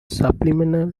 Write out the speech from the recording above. subliminal